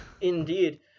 Indeed